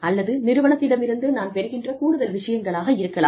அல்லது நிறுவனத்திடமிருந்து நான் பெறுகின்ற கூடுதல் விஷயங்களாக இருக்கலாம்